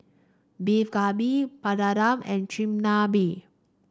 Beef Galbi Papadum and Chigenabe